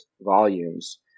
volumes